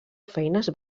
feines